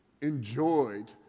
enjoyed